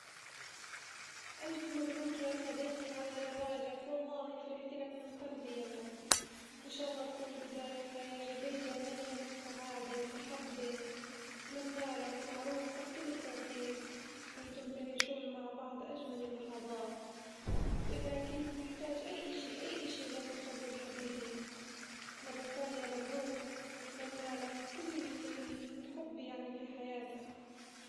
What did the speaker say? ألف مبروك يا صديقي على زواجك، والله فرحتلك من قلبي يلا إن شالله تكون بداية حياة جديدة مليانة سعادة ومحبة أتمنالك ولعروستك كل التوفيق وانتم تعيشون مع بعض أجمل اللحظات، وإذا كنت محتاج أي إشي أي إشي لا تتردد حبيبي، مرة ثانية مبروك وأتمنى لك كل الحب يعني في حياتك.